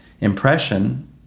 impression